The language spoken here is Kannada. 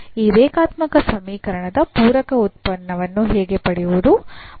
ಈ ರೇಖಾತ್ಮಕ ಸಮೀಕರಣದ ಪೂರಕ ಉತ್ಪನ್ನವನ್ನು ಹೇಗೆ ಪಡೆಯುವುದು